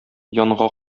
янга